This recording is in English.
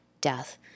death